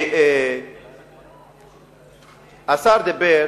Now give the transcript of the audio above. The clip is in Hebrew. שהשר דיבר